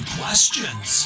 questions